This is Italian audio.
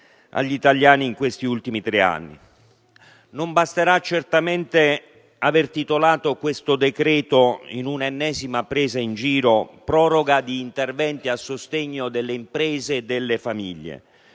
agli italiani in questi ultimi tre anni. Non basterà certamente aver titolato questo decreto, in un'ennesima presa in giro, «proroga di interventi urgenti a sostegno delle imprese e delle famiglie»